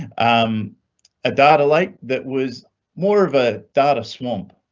um adada like that was more of a data swamp.